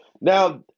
Now